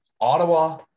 Ottawa